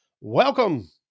Welcome